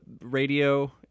radio